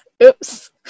Oops